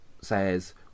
says